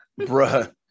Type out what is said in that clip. bruh